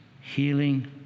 healing